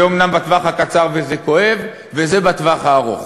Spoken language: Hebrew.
זה אומנם בטווח הקצר וזה כואב, וזה בטווח הארוך.